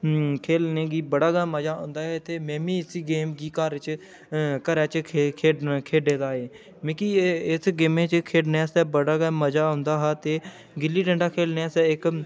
हम्म खेलने गी बड़ा गै मजा औंदा ऐ ते में बी इसी गेम गी घर च घरै च खेढना खेढे दा ऐ मिगी एह् इस गेमै च खेढने आस्तै बड़ा गै मजा औंदा हा ते गिल्ली डंडा खेलने आस्तै इक